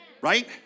Right